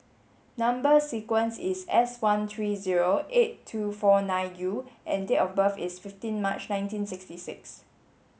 number sequence is S one three zero eight two four nine U and date of birth is fifteen March nineteen sixty six